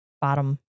bottom